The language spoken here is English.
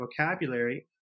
vocabulary